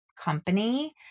company